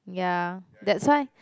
ya that's why